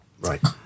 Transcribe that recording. Right